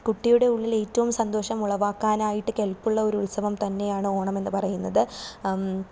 കുട്ടിയുടെ ഉള്ളിൽ ഏറ്റവും സന്തോഷം ഉളവാക്കാനായിട്ട് കെൽപ്പുള്ള ഒരു ഉത്സവം തന്നെയാണ് ഓണം എന്ന് പറയുന്നത്